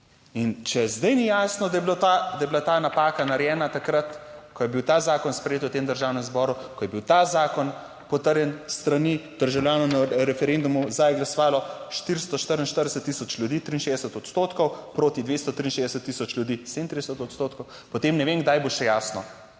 da je bila ta, da je bila ta napaka narejena takrat, ko je bil ta zakon sprejet v tem Državnem zboru, ko je bil ta zakon potrjen s strani državljanov na referendumu, za je glasovalo 444000 ljudi 63 odstotkov, proti 263000 ljudi 37 odstotkov, potem ne vem, kdaj bo še jasno,